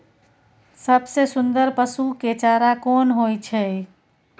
सबसे सुन्दर पसु के चारा कोन होय छै?